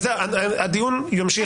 הדיון ימשיך.